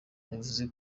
yavuze